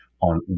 on